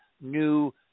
New